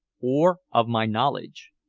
or of my knowledge.